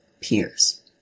peers